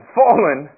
fallen